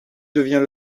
devient